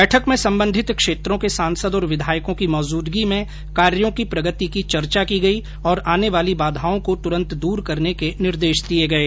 बैठक में संबंधित क्षेत्रों के सांसद और विघायकों की मौजूदगी में कार्यो की प्रगति की चर्चा की गई और आने वाली बाधाओं को तुरंत दूर करने के निर्देष दिये गये